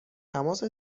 تماس